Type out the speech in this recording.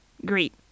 Great